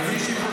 הינה, מישהי פה